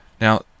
Now